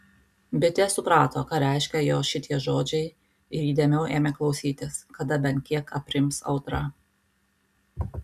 bitė suprato ką reiškia jos šitie žodžiai ir įdėmiau ėmė klausytis kada bent kiek aprims audra